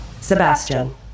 Sebastian